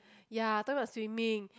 ya talking about swimming